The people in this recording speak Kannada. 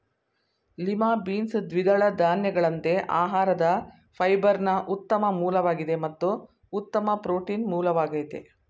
ಲಿಮಾ ಬೀನ್ಸ್ ದ್ವಿದಳ ಧಾನ್ಯಗಳಂತೆ ಆಹಾರದ ಫೈಬರ್ನ ಉತ್ತಮ ಮೂಲವಾಗಿದೆ ಮತ್ತು ಉತ್ತಮ ಪ್ರೋಟೀನ್ ಮೂಲವಾಗಯ್ತೆ